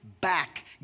back